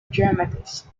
dramatist